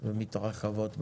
מתרחבות במליאה.